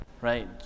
right